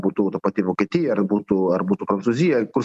būtų ta pati vokietija ar būtų ar būtų prancūzija kur